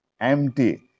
empty